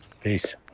Peace